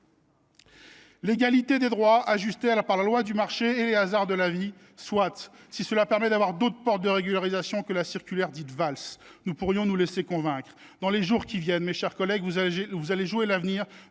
L’égalité des droits ajustée par la loi du marché et les hasards de la vie, soit : si cela permettait d’avoir d’autres portes de régularisation que la circulaire dite Valls, nous pourrions nous laisser convaincre. Dans les jours qui viennent, mes chers collègues, vous allez jouer l’avenir